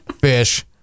fish